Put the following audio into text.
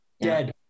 dead